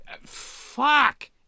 fuck